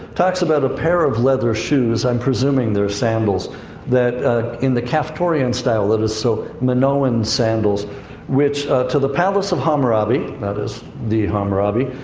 talks about a pair of leather shoes i'm presuming they're sandals that in the caphtorian style that is, so minoan sandals which to the palace of hammurabi that is the hammurabi.